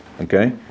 Okay